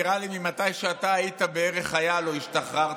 נראה לי שבערך ממתי שאתה היית חייל או השתחררת,